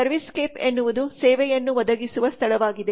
servicescape ಎನ್ನುವುದು ಸೇವೆಯನ್ನು ಒದಗಿಸುವ ಸ್ಥಳವಾಗಿದೆ